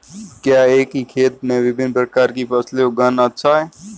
क्या एक ही खेत में विभिन्न प्रकार की फसलें उगाना अच्छा है?